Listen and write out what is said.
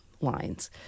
lines